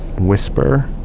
whisper